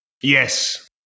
Yes